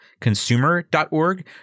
consumer.org